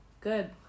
Good